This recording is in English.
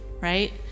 right